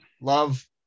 love